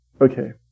Okay